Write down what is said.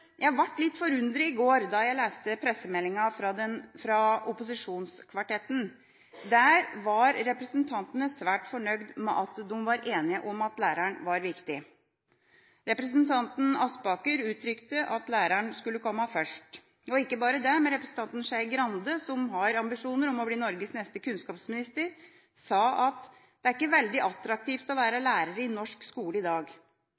Jeg ble litt forundret i går da jeg leste pressemeldingen fra opposisjonskvartetten. Der var representantene svært fornøyd med at de var enige om at læreren var viktig. Representanten Aspaker uttrykte: «Alt i skolen starter med læreren». Og ikke bare det, representanten Skei Grande, som har ambisjoner om å bli Norges neste kunnskapsminister, sa: «Det er ikke så veldig attraktivt å være lærer i norsk skole i dag».